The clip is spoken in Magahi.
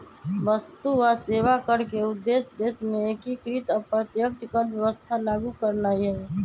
वस्तु आऽ सेवा कर के उद्देश्य देश में एकीकृत अप्रत्यक्ष कर व्यवस्था लागू करनाइ हइ